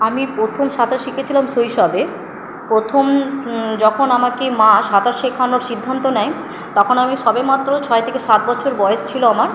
আমি প্রথম সাঁতার শিখেছিলাম শৈশবে প্রথম যখন আমাকে মা সাঁতার শেখানোর সিদ্ধান্ত নেয় তখন আমি সবে মাত্র ছয় থেকে সাত বছর বয়স ছিলো আমার